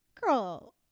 girl